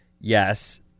yes